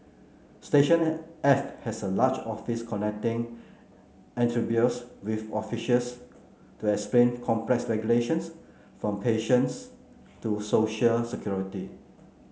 Station F has a large office connecting entrepreneurs with officials to explain complex regulations from patents to social security